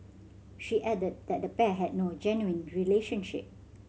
she added that the pair had no genuine relationship